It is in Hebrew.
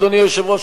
אדוני היושב-ראש,